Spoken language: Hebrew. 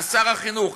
שר החינוך,